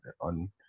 on